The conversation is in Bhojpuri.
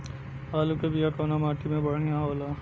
आलू के बिया कवना माटी मे बढ़ियां होला?